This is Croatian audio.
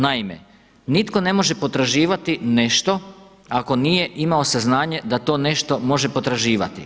Naime, nitko ne može potraživati nešto ako nije imao saznanje da to nešto može potraživati.